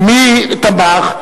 ומי תמך?